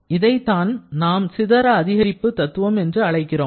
இதைத்தான் நாம் சிதற அதிகரிப்பு தத்துவம் என்று அழைக்கிறோம்